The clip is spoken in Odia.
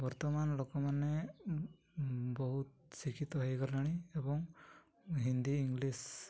ବର୍ତ୍ତମାନ ଲୋକମାନେ ବହୁତ ଶିକ୍ଷିତ ହୋଇଗଲେଣି ଏବଂ ହିନ୍ଦୀ ଇଂଲିଶ୍